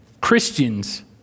Christians